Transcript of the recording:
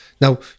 Now